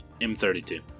M32